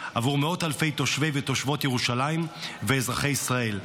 עבור מאות אלפי תושבי ותושבות ירושלים ואזרחי ישראל.